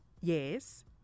Yes